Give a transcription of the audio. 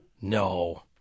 No